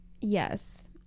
Yes